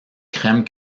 crèmes